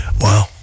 Wow